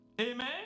Amen